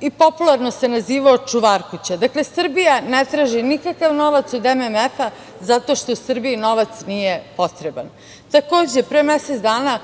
i popularno se nazivao „čuvarkuća“. Dakle, Srbija ne traži nikakav novac od MMF-a, zato što Srbiji novac nije potreban. Takođe, pre mesec dana